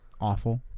awful